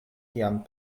kiam